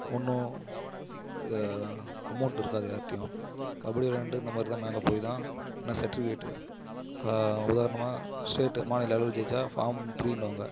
ஒன்றும் அமௌண்ட் இருக்காது யார்கிட்டையும் கபடி விளையாண்டு இந்தமாதிரி தான் மேல போய் தான் எல்லா சர்டிவிக்கேட்டு உதாரணமாக ஸ்டேட்டு மாநில அளவில் ஜெயித்தா ஃபார்ம் த்ரீன்னுவாங்க